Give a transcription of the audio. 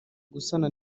gusana